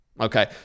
Okay